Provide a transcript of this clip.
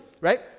Right